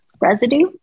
residue